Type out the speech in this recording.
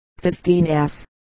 15S